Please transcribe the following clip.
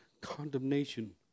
Condemnation